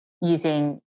using